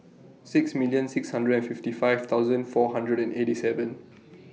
six million six hundred and fifty five thousand four hundred and eighty seven